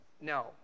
No